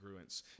congruence